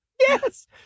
Yes